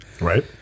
Right